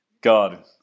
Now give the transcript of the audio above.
God